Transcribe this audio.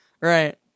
right